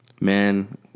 Man